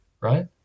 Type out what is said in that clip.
right